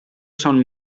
son